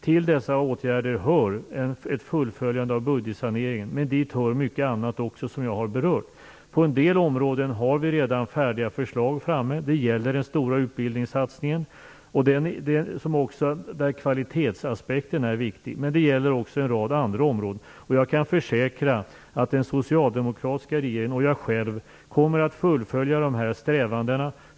Till dessa åtgärder hör ett fullföljande av budgetsaneringen, men dit hör också mycket annat som jag tidigare har berört. På en del områden finns det redan färdiga förslag framtagna. Det gäller bl.a. den stora utbildningssatsningen där kvalitetsaspekten är viktig. Jag kan försäkra att den socialdemokratiska regeringen och jag själv kommer att fullfölja dessa strävanden.